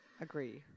Agree